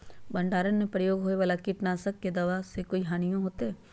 भंडारण में प्रयोग होए वाला किट नाशक दवा से कोई हानियों होतै?